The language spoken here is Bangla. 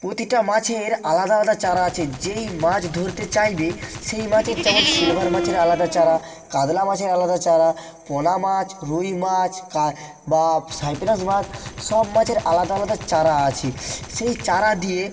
প্রতিটা মাছের আলাদা আলাদা চার আছে যেই মাছ ধরতে চাইবে সেই মাছের যেমন সিলভার মাছের আলাদা চার কাতলা মাছের আলাদা চার পোনা মাছ রুই মাছ বা সাইপেরাস মাছ সব মাছের আলাদা আলাদা চার আছে সেই চারা দিয়ে